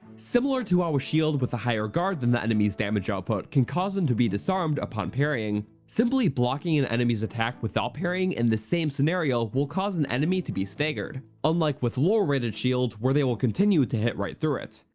similar to how a shield with a higher guard then the enemies damage output can cause them to be disarmed upon parrying, simply blocking an enemy's attack without parrying in this same scenario will cause an enemy to be staggered, unlike with lower rated shields, where they will continue to hit right through it.